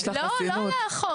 לא לא לאחורה.